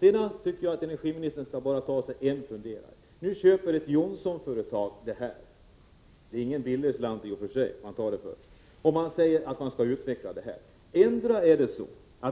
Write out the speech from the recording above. Jag tycker att energiministern skall fundera på en sak. Ett Johnsonföretag köper nu fabriken, och företaget betalar i och för sig inte någon billig slant. Man säger att man skall utveckla verksamheten. Endera är